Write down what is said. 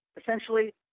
essentially